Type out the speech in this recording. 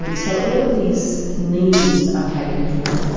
and so all of these needs are catered for.